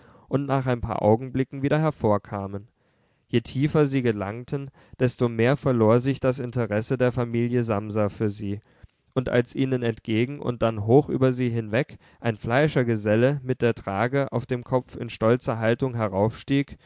und nach ein paar augenblicken wieder hervorkamen je tiefer sie gelangten desto mehr verlor sich das interesse der familie samsa für sie und als ihnen entgegen und dann hoch über sie hinweg ein fleischergeselle mit der trage auf dem kopf in stolzer haltung